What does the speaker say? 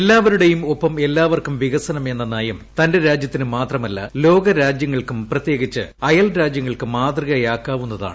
എല്ലാവരുടെയും ഒപ്പം എല്ലാ വർക്കും വികസനം എന്ന നയം തന്റെ രാജ്യത്തിന് മാത്രമല്ല ലോകരാജ്യ ങ്ങൾക്കും പ്രത്യേകിച്ച് അയൽ രാജ്യങ്ങൾക്ക് മാതൃകയാക്കാവുന്നതാണ്